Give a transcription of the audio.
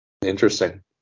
Interesting